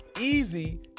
Easy